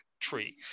tree